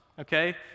okay